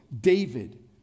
David